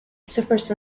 suffers